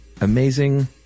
amazing